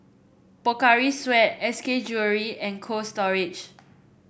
Pocari Sweat S K Jewellery and Cold Storage